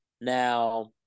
Now